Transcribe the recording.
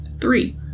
Three